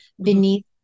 beneath